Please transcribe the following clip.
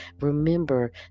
remember